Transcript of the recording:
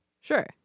Sure